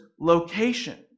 location